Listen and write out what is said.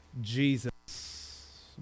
Jesus